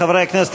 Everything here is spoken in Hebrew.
חברי הכנסת,